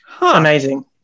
Amazing